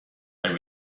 and